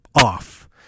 off